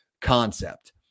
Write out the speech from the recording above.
concept